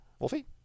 Wolfie